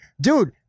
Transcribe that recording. dude